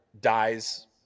dies